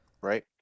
right